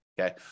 okay